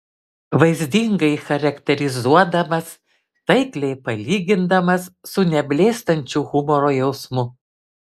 vaizdingai charakterizuodamas taikliai palygindamas su neblėstančiu humoro jausmu